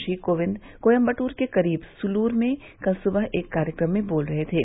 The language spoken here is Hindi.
श्री कोविंद कोयम्बदूर के करीब सुलूर में कल सुबह एक कार्यक्रम में बोल रहे थे